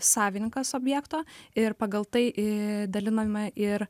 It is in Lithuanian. savininkas objekto ir pagal tai daliname ir